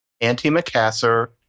anti-macassar